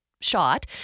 shot